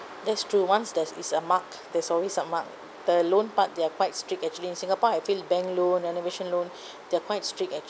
that's true once there's is a mark there's always a mark the loan part they're quite strict actually in singapore I feel bank loan renovation loan they are quite strict act~